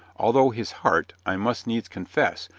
although his heart, i must needs confess,